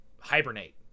hibernate